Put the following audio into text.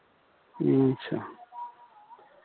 अच्छा